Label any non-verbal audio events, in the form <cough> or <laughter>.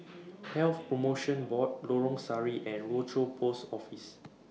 <noise> Health promotion Board Lorong Sari and Rochor Post Office